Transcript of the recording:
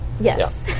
Yes